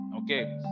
Okay